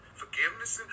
forgiveness